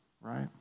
right